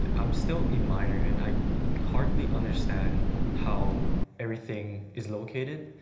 i'm still a minor and i hardly understand how everything is located.